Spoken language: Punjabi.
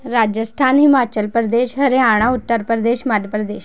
ਰਾਜਸਥਾਨ ਹਿਮਾਚਲ ਪ੍ਰਦੇਸ਼ ਹਰਿਆਣਾ ਉੱਤਰ ਪ੍ਰਦੇਸ਼ ਮੱਧ ਪ੍ਰਦੇਸ਼